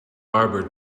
barber